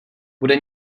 bude